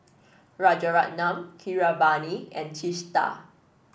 Rajaratnam Keeravani and Teesta